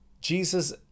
Jesus